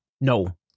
No